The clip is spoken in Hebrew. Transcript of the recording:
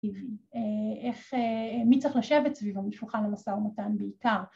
‫איך... מי צריך לשבת סביבה, ‫משולחן המשאומתן בעיקר.